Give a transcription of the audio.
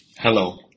Hello